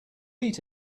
eat